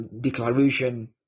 Declaration